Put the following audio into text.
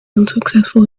unsuccessful